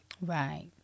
Right